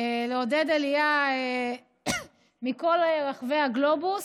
לעודד עלייה מכל רחבי הגלובוס,